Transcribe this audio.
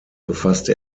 befasste